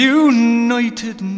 united